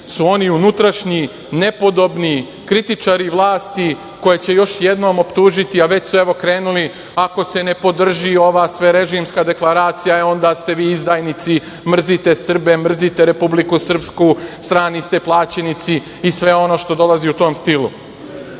su oni unutrašnji, nepodobni, kritičari vlasti koje će još jednom optužiti, a već su jednom krenuli. Ako se ne podrži ova sverežimska deklaracija, e, onda ste vi izdajnici, mrzite Srbe, mrzite Republiku Srpsku, strani ste plaćenici i sve ono što dolazi u tom